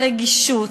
הרגישות,